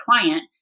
client